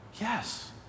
yes